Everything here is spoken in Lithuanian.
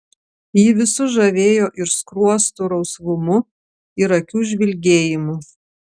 ji visus žavėjo ir skruostų rausvumu ir akių žvilgėjimu